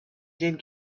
did